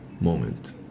moment